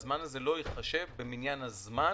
שלא ייחשב במניין הזמן